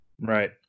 Right